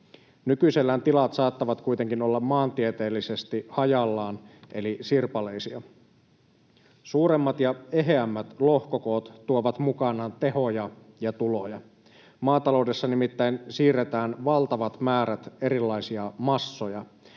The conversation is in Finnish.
Nykyisellään tilat saattavat kuitenkin olla maantieteellisesti hajallaan eli sirpaleisia. Suuremmat ja eheämmät lohkokoot tuovat mukanaan tehoja ja tuloja, maataloudessa nimittäin siirretään valtavat määrät erilaisia massoja.